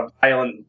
violent